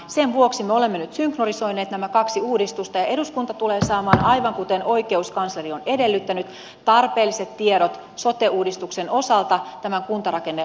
sen vuoksi me olemme nyt synkronisoineet nämä kaksi uudistusta ja eduskunta tulee saamaan aivan kuten oikeuskansleri on edellyttänyt tarpeelliset tiedot sote uudistuksen osalta tämän kuntarakennelain käsittelyyn